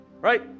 Right